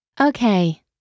Okay